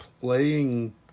playing